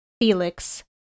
Felix